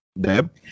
Deb